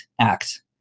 act